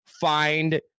find